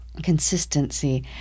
Consistency